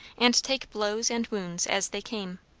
and take blows and wounds as they came.